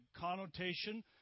connotation